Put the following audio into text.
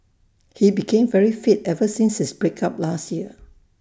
he became very fit ever since his break up last year